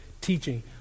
teaching